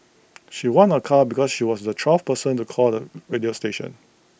she won A car because she was the twelfth person to call the radio station